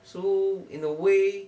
so in a way